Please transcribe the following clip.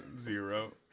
zero